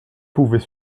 pouvait